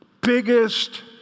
biggest